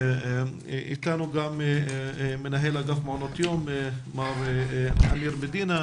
איתנו גם מנהל אגף מעונות יום מר אמיר מדינה,